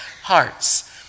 hearts